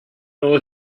over